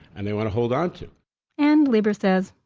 and they want to hold on to and lieber says,